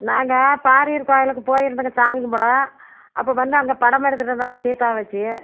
நாங்கள் பாரீர் கோயிலுக்கு போயிருந்தோங்க சாமி கும்பிட அப்போ வந்து அங்கே படம் எடுத்துட்டிருந்தாங்க சீதா வச்சு